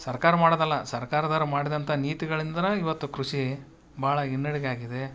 ಸರ್ಕಾರ ಮಾಡೊದಲ್ಲ ಸರ್ಕಾರದವರು ಮಾಡಿದಂಥಾ ನೀತಿಗಳಿಂದನೆ ಇವತ್ತು ಕೃಷಿ ಭಾಳ ಹಿನ್ನಡಿಗೆ ಆಗಿದೆ